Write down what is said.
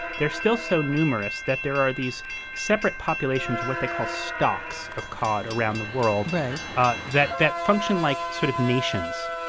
they're still so numerous that there are these separate populations what they call stocks of cod around the world ah that that function like sort of nations.